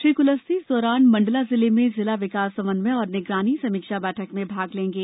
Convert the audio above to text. श्री कुलस्ते इस दौरान मंडला जिले में जिला विकास समन्वय और निगरानी की समीक्षा बैठक में भाग लेंगे